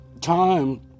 time